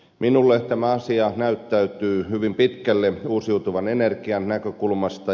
minulle tämä näyttäytyy hyvin pitkälle uusiutuvan energian näkökulmasta